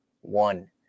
one